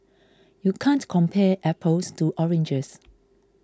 you can't compare apples to oranges